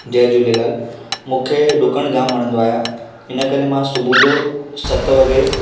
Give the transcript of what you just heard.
जय झूलेलाल मूंखे डुकणु जामु वणंदो आहे इनकरे मां सुबुजो सत वॻे